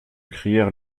crièrent